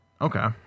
okay